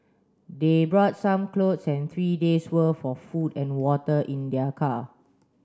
they brought some clothes and three days' worth of food and water in their car